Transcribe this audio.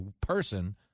person